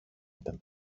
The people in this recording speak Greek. ήταν